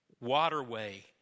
waterway